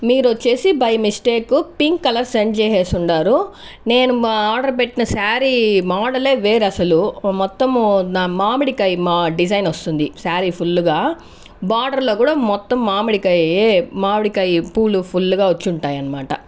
మీరు వచ్చేసి by mistake pink colour send చేసేసి ఉన్నారు నేను ఆర్డర్ పెట్టిన శారీ మోడలే వేరు అసలు మొత్తం నా మామిడికాయ డిజైన్ వస్తుంది శారీ ఫుల్గా బార్డర్లో కూడా మొత్తం మామిడికాయే మామిడికాయ పూలు ఫుల్గా వచ్చుంటాయి అనమాట